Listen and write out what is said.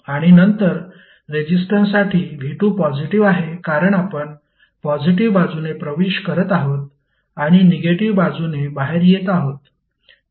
आणि नंतर रेजिस्टन्ससाठी v2 पॉजिटीव्ह आहे कारण आपण पॉजिटीव्ह बाजूने प्रवेश करत आहोत आणि निगेटिव्ह बाजूने बाहेर येत आहोत